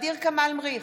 ע'דיר כמאל מריח,